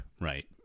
right